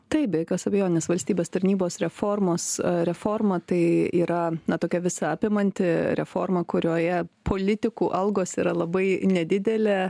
taip be jokios abejonės valstybės tarnybos reformos reforma tai yra na tokia visa apimanti reforma kurioje politikų algos yra labai nedidelė